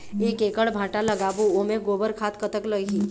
एक एकड़ भांटा लगाबो ओमे गोबर खाद कतक लगही?